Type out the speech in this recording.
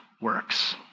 works